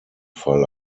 fall